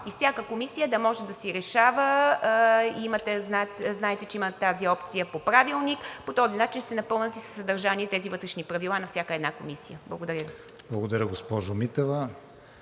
И всяка комисия да може да си решава, знаете, че има тази опция по Правилник, и по този начин ще се напълнят със съдържание тези вътрешни правила на всяка една комисия. Благодаря Ви.